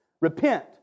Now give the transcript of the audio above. Repent